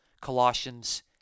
Colossians